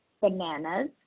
bananas